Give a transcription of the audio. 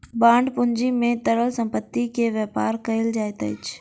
bond पूंजी में तरल संपत्ति के व्यापार कयल जाइत अछि